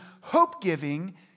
hope-giving